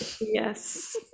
Yes